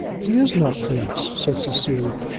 he is not base, said cecilia.